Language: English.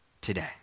today